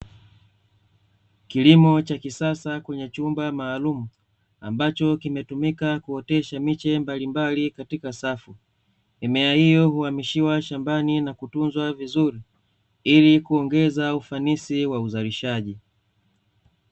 Kilimo cha kisasa kwenye chumba maalumu , ambacho kimetumika kuotesha miche mbalimbali katika safu, mimea hiyo huhamishiwa shambani na kutunzwa vizuri, ili kuongeza ufanisi wa uzalishaji.